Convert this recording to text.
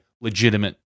legitimate